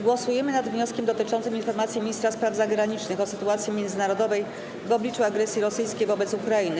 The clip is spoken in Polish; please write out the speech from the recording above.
Głosujemy nad wnioskiem dotyczącym informacji ministra spraw zagranicznych o sytuacji międzynarodowej w obliczu agresji rosyjskiej wobec Ukrainy.